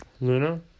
Luna